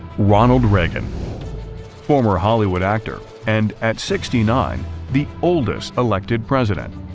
ronald reagan former hollywood actor, and at sixty nine the oldest elected president.